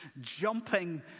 jumping